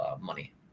money